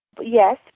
Yes